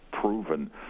proven